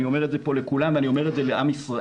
אני אומר את זה פה לכולם ואני אומר את זה לעם ישראל,